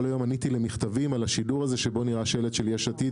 כל היום עניתי למכתבים על השידור הזה שבו נראה השלט של "יש עתיד",